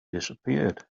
disappeared